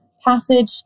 passage